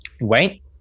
wait